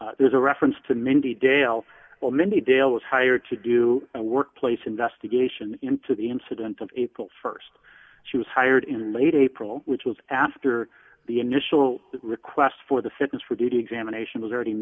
appropriate there's a reference to mindy dale well mindy dale was hired to do a workplace investigation into the incident of april st she was hired in late april which was after the initial request for the fitness for duty examination was already